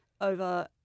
Over